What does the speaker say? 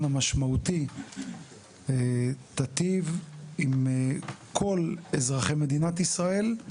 המשמעותי האמיתי תטיב עם כל אזרחי מדינת ישראל,